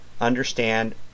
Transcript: understand